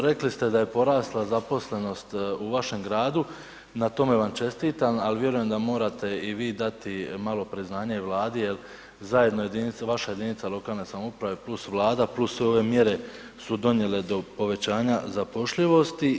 Rekli ste da je porasla zaposlenost u vašem gradu, na tome vam čestitam, ali vjerujem da morate i vi dati malo priznanje i Vladi jel zajedno vaša jedinice lokalne samouprave plus Vlada, plus ove mjere su donijele do povećanja zapošljivosti.